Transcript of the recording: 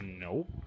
Nope